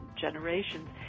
generations